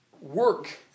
work